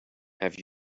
have